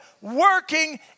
working